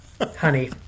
Honey